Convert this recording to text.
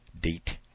date